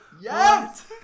Yes